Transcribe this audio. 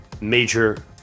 major